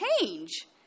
change